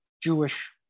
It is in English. Jewish